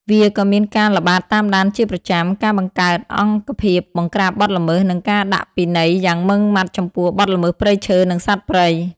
វាក៏មានការល្បាតតាមដានជាប្រចាំ ការបង្កើតអង្គភាពបង្ក្រាបបទល្មើស និងការដាក់ពិន័យយ៉ាងម៉ឺងម៉ាត់ចំពោះបទល្មើសព្រៃឈើ និងសត្វព្រៃ។